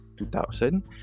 2000